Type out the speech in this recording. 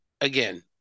again